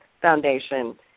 foundation